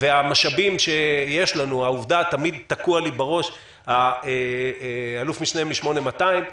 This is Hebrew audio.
והמשאבים שיש לנו תמיד תקוע לי בראש אלוף-משנה מ-8200,